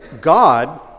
God